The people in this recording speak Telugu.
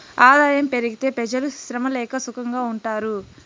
ఆదాయం పెరిగితే పెజలు శ్రమ లేక సుకంగా ఉంటారు